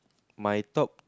my top